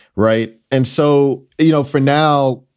right. and so, you know, for now,